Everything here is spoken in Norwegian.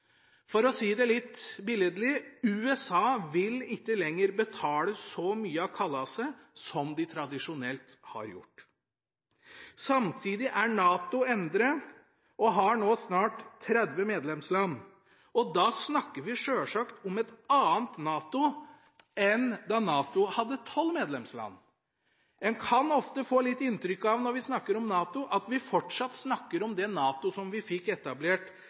For å si det litt billedlig: USA vil ikke lenger betale så mye av kalaset som de tradisjonelt har gjort. Samtidig er NATO endret og har nå snart 30 medlemsland. Da snakker vi sjølsagt om et annet NATO enn da NATO hadde 12 medlemsland. En kan ofte få litt inntrykk av – når vi snakker om NATO – at vi fortsatt snakker om det NATO som vi fikk etablert